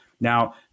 Now